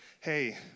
hey